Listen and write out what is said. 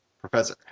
Professor